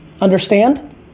Understand